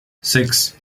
six